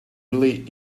really